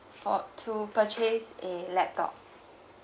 for to purchase a laptop